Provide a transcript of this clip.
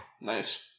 Nice